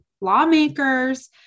lawmakers